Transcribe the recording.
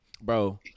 Bro